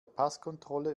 passkontrolle